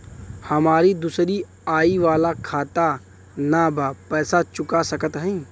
हमारी दूसरी आई वाला खाता ना बा पैसा चुका सकत हई?